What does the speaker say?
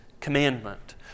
commandment